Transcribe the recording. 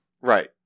Right